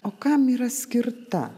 o kam yra skirta